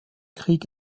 krieg